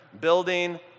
building